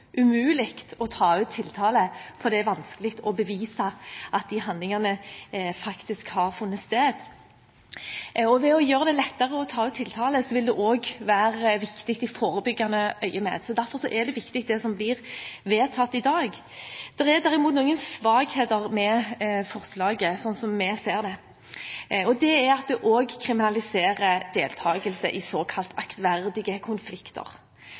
umulig å ta ut tiltale fordi det er vanskelig å bevise at handlingene faktisk har funnet sted. Å gjøre det lettere å ta ut tiltale vil også være viktig i forebyggende øyemed, derfor er det viktig det som blir vedtatt i dag. Det er derimot noen svakheter ved forslaget, slik vi ser det, nemlig at det også kriminaliserer deltakelse i såkalt aktverdige konflikter.